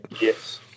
Yes